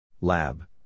Lab